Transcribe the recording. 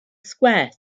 square